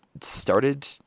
started